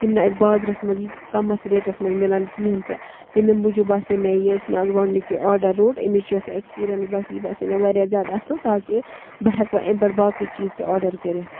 یِمہٕ نہٕ اَسہِ بازرس منٛز ییٖتِس کَمس ریٹس منٛز مِلان کِہیٖنۍ تہِ تمے موٗجوٗب باسیو مےٚ یہِ یُس مےٚ آز یہِ گۄڈنیُک یہِ آرڈر روٚٹ اَمِچ یۄس یہِ اٮ۪کسپیریَنٕس باسے یہِ باسے مےٚ وارِیاہ زیادٕ اَصٕل تاکہِ بہٕ ہٮ۪کہٕ وَ اَمہِ پٮ۪ٹھ باقٕے چیٖز تہِ آرڈر کٔرِتھ